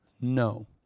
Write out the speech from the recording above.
No